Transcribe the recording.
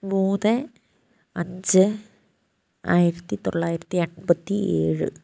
മൂന്ന് അഞ്ച് ആയിരത്തിത്തൊള്ളായിരത്തി എൺപത്തിയേഴ്